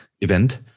event